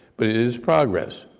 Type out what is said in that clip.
but it is progress.